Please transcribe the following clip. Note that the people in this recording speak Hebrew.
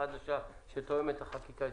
חדשה שתואמת את החקיקה האיטלקית?